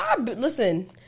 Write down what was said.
Listen